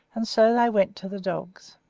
and so they went to the dogs.